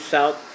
South